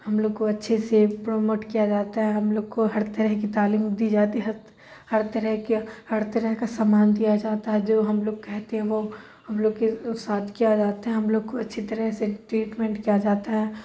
ہم لوگ اچھے سے پروموٹ کیا جاتا ہے ہم لوگ کو ہر طرح کی تعلیم دی جاتی ہے ہر ہر طرح کے ہر طرح کا سمان دیا جاتا ہے جو ہم لوگ کہتے ہیں وہ ہم لوگ کے ساتھ کیا جاتا ہے ہم لوگ کو اچھی طرح سے ٹریٹمنٹ کیا جاتا ہے